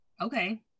Okay